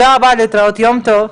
להתראות ויום טוב.